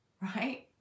right